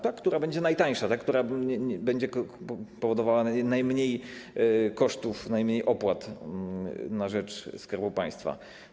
Ta, która będzie najtańsza, ta, która będzie powodowała najmniej kosztów, wymagała najmniej opłat na rzecz Skarbu Państwa.